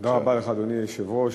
אדוני היושב-ראש,